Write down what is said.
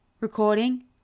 Recording